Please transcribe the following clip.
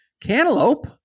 Cantaloupe